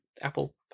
Apple